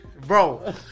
bro